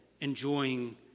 enjoying